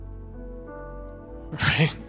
right